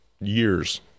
years